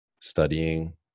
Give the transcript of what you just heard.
studying